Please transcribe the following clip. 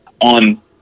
On